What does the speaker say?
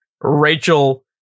Rachel